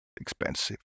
expensive